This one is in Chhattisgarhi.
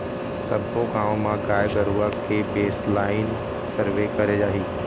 सब्बो गाँव म गाय गरुवा के बेसलाइन सर्वे करे जाही